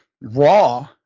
Raw